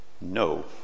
No